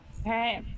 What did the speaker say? Okay